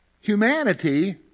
humanity